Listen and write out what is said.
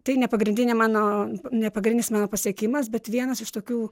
tai ne pagrindinė mano ne pagrindinis mano pasiekimas bet vienas iš tokių